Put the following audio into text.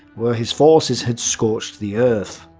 where his forces had scorched the earth.